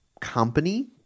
company